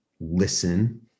listen